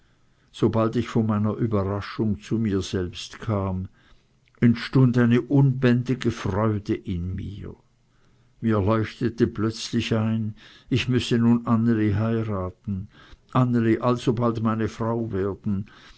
sobald ich von meiner überraschung zu mir selbst kam entstund eine unbändige freude in mir mir leuchtete plötzlich ein ich müsse nun anneli heiraten anneli alsobald meine frau werden